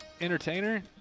Entertainer